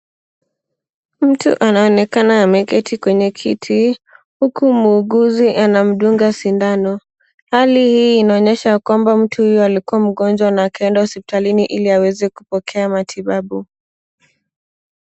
Mtu anaonekana ameketi kwenye kiti huku muuguzi anamdunga sindano. Hali hii inaonyesha kwamba mtu huyu alikuwa mgonjwa na akaenda hospitalini ili aweze kupokea matibabu.